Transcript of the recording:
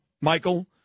Michael